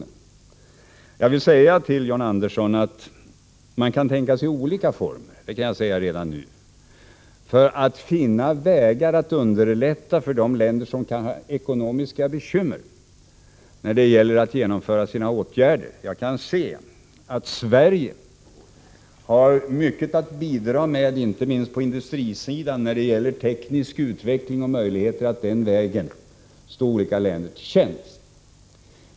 Redan nu kan jag dock säga till John Andersson att man kan tänka sig olika former för att finna vägar för att underlätta för de länder som kan ha ekonomiska bekymmer när det gäller att genomföra sina åtgärder. Jag kan se att Sverige har mycket att bidra med, inte minst på industrisidan, vad gäller teknisk utveckling. Vi har möjligheter att den vägen stå olika länder till tjänst.